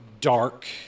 dark